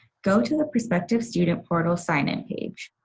go to the prospective student portal sign-in page.